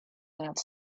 that